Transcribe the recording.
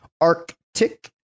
Arctic